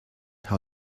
how